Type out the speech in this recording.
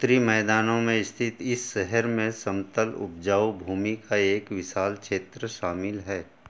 उत्तरी मैदानों में स्थित इस शहर में समतल उपजाऊ भूमि का एक विशाल क्षेत्र शामिल है